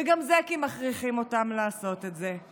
וגם זה כי מכריחים אותם לעשות את זה.